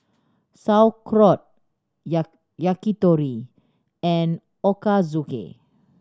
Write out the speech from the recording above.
Sauerkraut Yakitori and Ochazuke